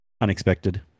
unexpected